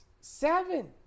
seven